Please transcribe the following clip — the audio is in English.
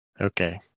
Okay